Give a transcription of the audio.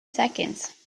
seconds